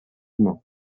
humain